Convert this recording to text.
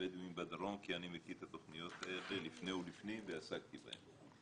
הבדואים בדרום כי אני מכיר את התוכניות האלה לפני ולפנים ועסקתי בהן.